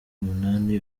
umunani